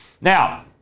Now